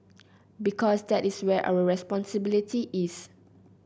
because that is where our responsibility is